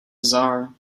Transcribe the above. bizarre